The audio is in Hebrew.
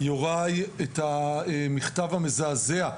יוראי את המכתב המזעזע,